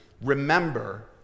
remember